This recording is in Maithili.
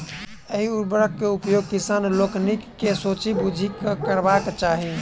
एहि उर्वरक के उपयोग किसान लोकनि के सोचि बुझि कअ करबाक चाही